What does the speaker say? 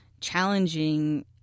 challenging